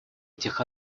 этих